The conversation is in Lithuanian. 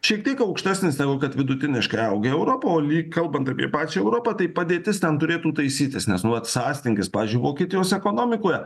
šiek tiek aukštesnis negu kad vidutiniškai auga europoje o kalbant apie pačią europą tai padėtis ten turėtų taisytis nes nu vat sąstingis pavyzdžiui vokietijos ekonomikoje